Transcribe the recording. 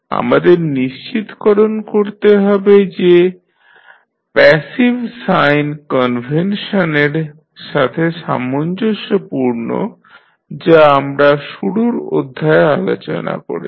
আমাদের নিশ্চিতকরণ করতে হবে যে প্যাসিভ সাইন কনভেনশনের সাথে সামঞ্জস্যপূর্ণ যা আমরা শুরুর অধ্যায়ে আলোচনা করেছি